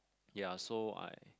ya so I